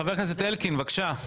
חבר הכנסת אלקין, בבקשה.